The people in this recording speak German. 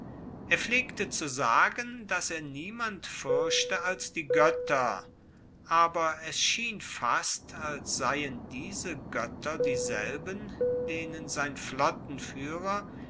er pflegte zu sagen dass er niemand fuerchte als die goetter aber es schien fast als seien diese goetter dieselben denen sein